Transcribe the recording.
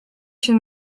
się